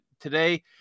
today